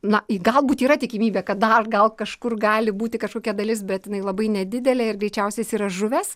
na galbūt yra tikimybė kad dar gal kažkur gali būti kažkokia dalis bet jinai labai nedidelė ir greičiausias jis yra žuvęs